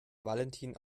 valentin